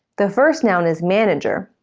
the first noun is manager.